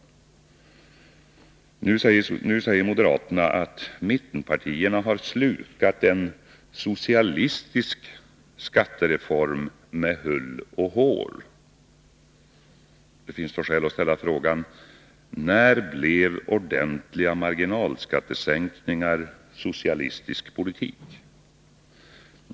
Nu säger moderaterna att mittenpartierna har slukat en ” socialistisk” skattereform med hull och hår. Det finns då skäl att ställa frågan: När blev ordentliga marginalskattesänkningar socialistisk politik?